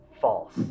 False